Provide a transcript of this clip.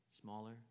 smaller